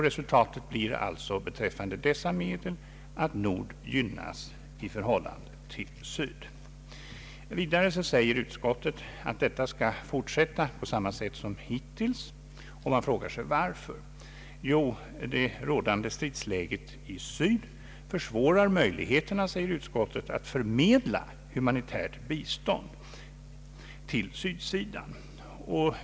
Resultatet beträffande dessa medel blir alltså att Nord gynnas i förhållande till Syd. Utskottet säger vidare att fördelningen skall fortsätta på samma sätt som hittills. Man frågar sig varför. Jo, det rådande stridsläget i Syd försvårar möjligheterna, säger utskottet, att förmedla humanitärt bistånd till Syd.